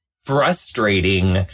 frustrating